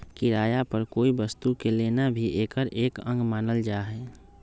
किराया पर कोई वस्तु के लेना भी एकर एक अंग मानल जाहई